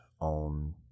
on